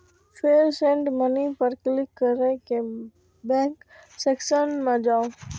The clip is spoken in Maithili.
फेर सेंड मनी पर क्लिक कैर के बैंक सेक्शन मे जाउ